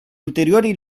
ulteriori